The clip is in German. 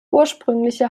ursprüngliche